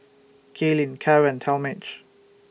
Kailyn Cara and Talmage